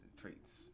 traits